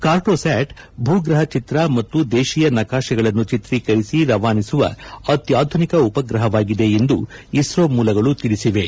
ಕಾರ್ಟೋಸ್ಟಾಟ್ ಭೂಗ್ರಹ ಚಿತ್ರ ಮತ್ತು ದೇಶೀಯ ನಕಾಶೆಗಳನ್ನು ಚಿತ್ರೀಕರಿಸಿ ರವಾನಿಸುವ ಅತ್ಯಾಧುನಿಕ ಉಪಗ್ರಹವಾಗಿದೆ ಎಂದು ಇಸ್ರೋ ಮೂಲಗಳು ತಿಳಿಸಿವೆ